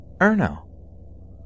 Erno